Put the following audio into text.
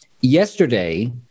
yesterday